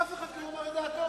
אף אחד כאן לא אומר את דעתו.